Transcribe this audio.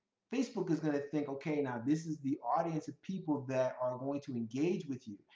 facebook is going to think, okay, now this is the audience of people that are going to engage with you.